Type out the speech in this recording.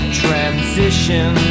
transition